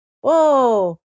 whoa